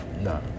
no